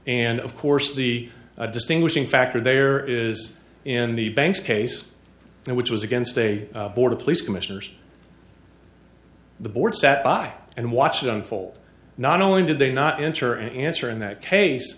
and of course the distinguishing factor there is in the banks case which was against a border police commissioner's the board sat by and watched it unfold not only did they not enter an answer in that case